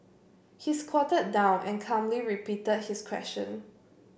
he squatted down and calmly repeated his question